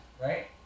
Right